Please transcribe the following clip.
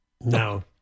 No